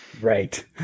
Right